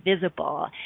visible